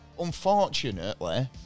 unfortunately